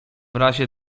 razie